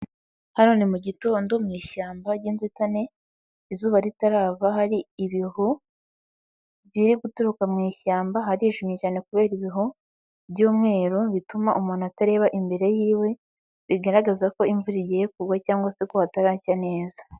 Hano mu gitondo mu ishyamba ry'inzitane, izuba ritarava hari ibihu, biri guturuka mu ishyamba, harijimye cyane kubera ibihu by'umweru bituma umuntu atareba imbere y'iwe, bigaragaza ko imvura igiye kugwa cyangwa se ko hataracya neza.